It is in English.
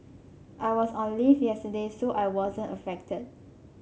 I was on leave yesterday so I wasn't affected